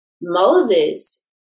Moses